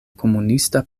komunista